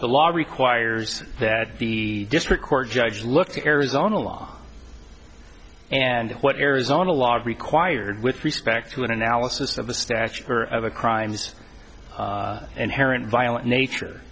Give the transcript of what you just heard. the law requires that the district court judge look to arizona law and what arizona law required with respect to an analysis of the statute for a crimes and haron violent nature